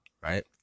right